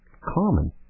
common